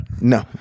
No